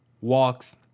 walks